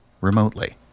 remotely